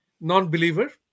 non-believer